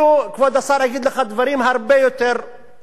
אני אפילו אגיד לך דברים הרבה יותר מרחיקי לכת.